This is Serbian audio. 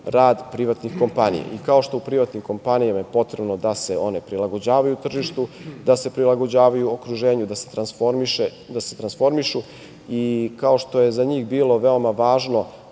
rad privatnih kompanija. Kao što je u privatnim kompanijama potrebno da se one prilagođavaju tržištu, da se prilagođavaju okruženju, da se transformišu, kao što je za njih bilo veoma važno